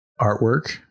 artwork